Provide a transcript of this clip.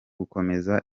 gukomeza